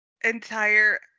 entire